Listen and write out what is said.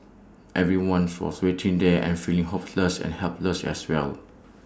everyone for was waiting there and feeling hopeless and helpless as well